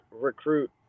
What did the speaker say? recruit